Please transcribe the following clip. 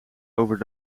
over